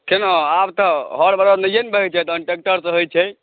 केना आब तऽ हर बरद नहिये ने रहैत छै तहन ट्रेक्टरसँ होइत छै